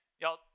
Y'all